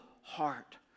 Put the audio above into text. heart